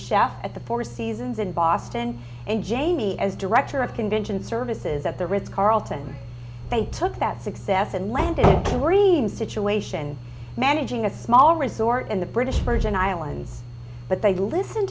chef at the four seasons in boston and jamie as director of convention services at the ritz carlton they took that success and landed a worrying situation managing a small resort in the british virgin islands but they listen